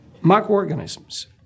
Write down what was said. Microorganisms